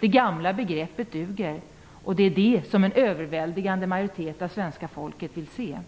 Det gamla begreppet duger, och det är det som en överväldigande majoritet av svenska folket vill se.